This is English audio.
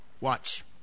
Watch